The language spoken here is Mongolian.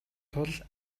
тул